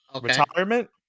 Retirement